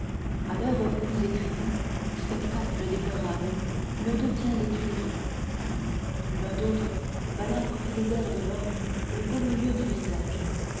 à l'heure où nous écrivons spectacle déplorable l'un d'eux tient les tuileries l'un d'eux balafre philibert delorme au beau milieu du visage